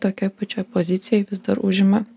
tokioj pačioj pozicijoj vis dar užima